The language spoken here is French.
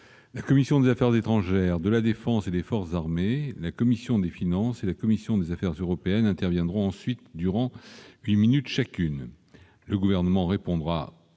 La commission des affaires étrangères, de la défense et des forces armées, la commission des finances et la commission des affaires européennes interviendront ensuite durant huit minutes chacune. Le Gouvernement répondra